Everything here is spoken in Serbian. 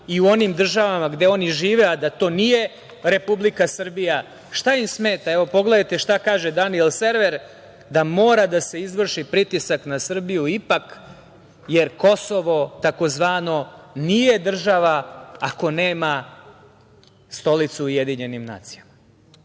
i u onim država gde oni žive, a da to nije Republika Srbija, šta im smeta? Pogledajte šta kaže Danijel Server – da mora da se izvrši pritisak na Srbiju ipak jer tzv. Kosovo nije država ako nema stolicu u UN.Sada